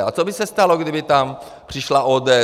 A co by se stalo, kdyby tam přišla ODS?